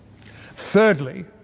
Thirdly